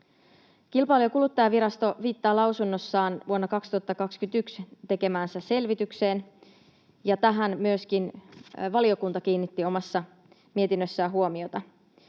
Kilpailu- ja kuluttajavirasto viittaa lausunnossaan vuonna 2021 tekemäänsä selvitykseen, ja tähän myöskin valiokunta kiinnitti omassa mietinnössään huomiota.